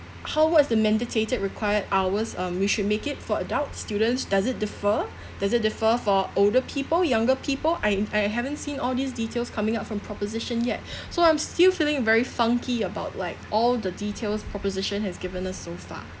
how what's the required hours err we should make it for adults students does it differ does it differ for older people younger people I I haven't seen all these details coming up from proposition yet so i'm still feeling very funky about like all the details proposition has given us so far